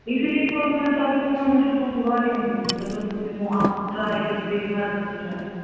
اِسی لیے کوٚروٕ مےٚ تۅہہِ فون مےٚ چھُ تُہُنٛد وارِیا بوٗزمُت مےٚ دوٚپ دِمہو اکھ ٹرٛے گٔژھ دِنۍ ہر کُنہِ جاے